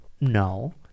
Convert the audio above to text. No